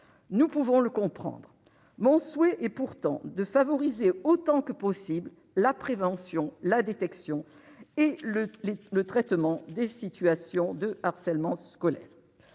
Nous pouvons le comprendre. Mon souhait est pourtant de favoriser autant que possible la prévention, la détection et le traitement des situations de harcèlement scolaire.